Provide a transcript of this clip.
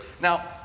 Now